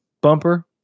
bumper